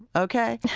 ok,